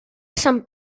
sant